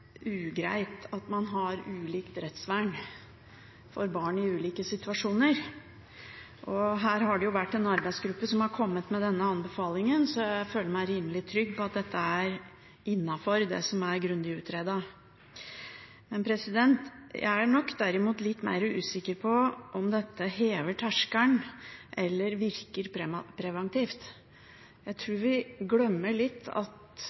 ugreit at man har ulikt rettsvern for barn i ulike situasjoner. Her har det vært en arbeidsgruppe som har kommet med denne anbefalingen, så jeg føler meg rimelig trygg på at dette er innenfor det som er grundig utredet. Jeg er litt mer usikker på om dette hever terskelen eller virker preventivt. Jeg tror vi glemmer litt at